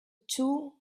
two